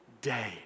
day